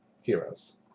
heroes